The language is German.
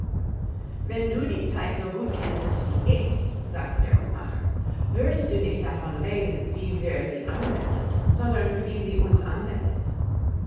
wenn du die zeit so gut kenntest wie ich sagte der hutmacher würdest du nicht davon reden wie wir sie anwenden sondern wie sie uns anwendet